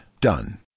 Done